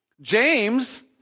James